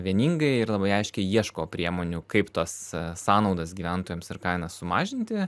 vieningai ir labai aiškiai ieško priemonių kaip tas sąnaudas gyventojams ir kainą sumažinti